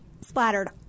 splattered